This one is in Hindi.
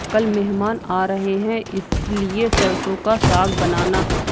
कल मेहमान आ रहे हैं इसलिए सरसों का साग बनाना